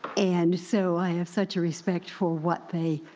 and so i have such a respect for what they,